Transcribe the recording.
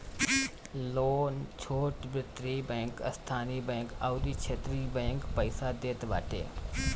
loan छोट वित्तीय bank, स्थानीय बैंक अउरी क्षेत्रीय बैंक पईसा देत बाटे